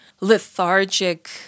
lethargic